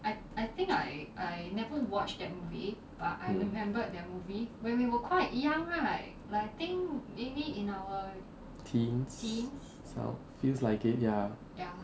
mm teens feels like it ya